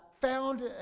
found